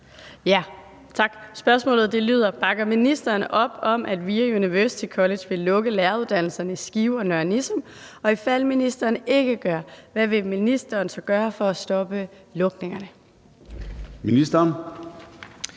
Tak. Spørgsmålet lyder: Bakker ministeren op om, at VIA University College vil lukke læreruddannelserne i Skive og Nørre Nissum, og i fald ministeren ikke gør, hvad vil ministeren så gøre for at stoppe lukningerne? Kl.